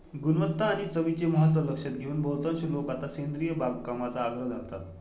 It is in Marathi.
गुणवत्ता आणि चवीचे महत्त्व लक्षात घेऊन बहुतांश लोक आता सेंद्रिय बागकामाचा आग्रह धरतात